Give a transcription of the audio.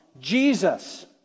Jesus